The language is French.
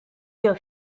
yeux